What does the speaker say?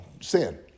sin